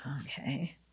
Okay